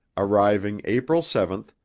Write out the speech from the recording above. arriving april seven,